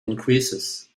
increases